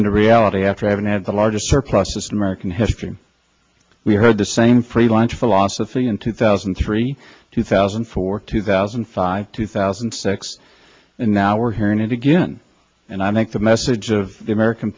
into reality after having had the largest or process in american history we heard the same free lunch philosophy in two thousand and three two thousand and four two thousand and five two thousand and six and now we're hearing it again and i think the message of the american